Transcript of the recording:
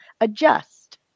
adjust